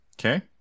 okay